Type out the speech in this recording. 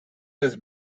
his